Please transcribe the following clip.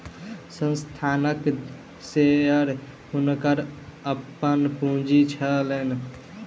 संस्थानक शेयर हुनकर अपन पूंजी छैन